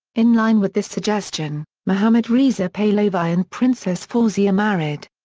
in line with this suggestion, mohammad reza pahlavi and princess fawzia married.